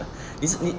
你是你